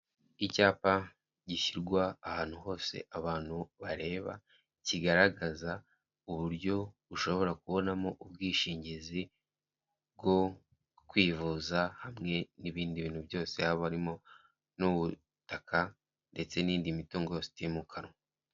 Icyapa gishyirwa ahantu hose abantu bareba, kigaragaza uburyo ushobora kubonamo ubwishingizi bwo kwivuza hamwe n'ibindi bintu byose, haba harimo n'ubutaka ndetse n'iyindi mitungo yose itimukanwa.